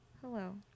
Hello